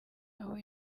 aho